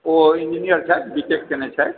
ओ engineer छथि B tech केने छथि